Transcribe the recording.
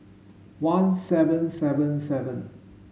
one seven seven seven